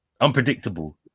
Unpredictable